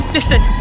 Listen